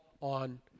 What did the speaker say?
on